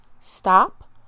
stop